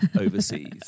overseas